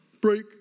break